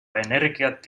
energiat